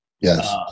Yes